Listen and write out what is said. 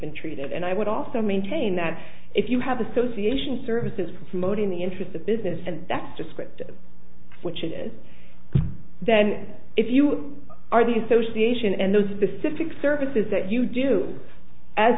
been treated and i would also maintain that if you have association services promoting the interests of business and that's descriptive which it is then if you are the association and those specific services that you do as